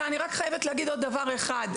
אני חייבת להגיד עוד דבר אחד.